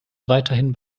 weiterhin